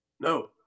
No